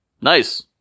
Nice